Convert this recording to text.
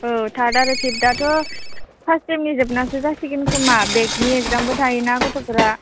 औ थार्द आरो फिफ्थनाथ' फार्स्ट सेमनि जोबनासो जासिगोनखोमा बेकनि एग्जामबो थायोना गथ'फोरा